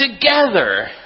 together